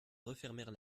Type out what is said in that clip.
refermèrent